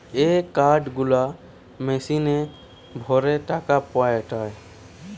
এ card গুলা মেশিনে ভরে টাকা পায়টে